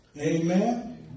Amen